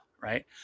right